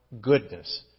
goodness